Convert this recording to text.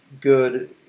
good